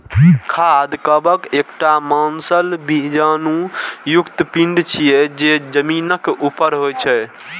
खाद्य कवक एकटा मांसल बीजाणु युक्त पिंड छियै, जे जमीनक ऊपर होइ छै